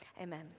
Amen